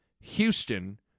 Houston